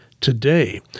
today